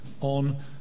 on